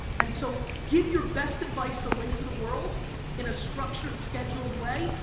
and so, give your best advice away to the world in a structured, scheduled way,